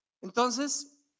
Entonces